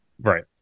Right